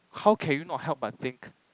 how can you not help but think